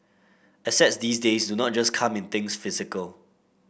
assets these days do not just come in things physical